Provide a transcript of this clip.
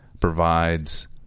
provides